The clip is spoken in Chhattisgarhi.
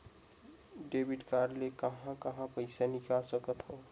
डेबिट कारड ले कहां कहां पइसा निकाल सकथन?